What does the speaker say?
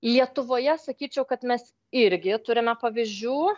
lietuvoje sakyčiau kad mes irgi turime pavyzdžių